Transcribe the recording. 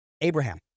Abraham